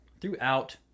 throughout